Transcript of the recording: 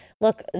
Look